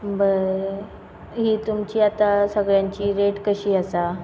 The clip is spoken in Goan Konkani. बरें ही तुमची आतां सगळ्यांची रेट कशी आसा